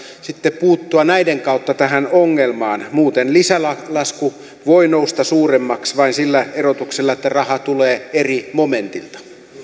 sitten puuttua näiden kautta tähän ongelmaan muuten lisälasku voi nousta suuremmaksi vain sillä erotuksella että raha tulee eri momentilta